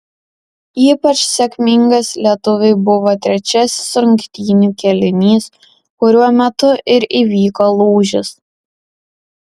ypač sėkmingas lietuviui buvo trečiasis rungtynių kėlinys kuriuo metu ir įvyko lūžis